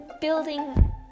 building